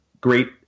great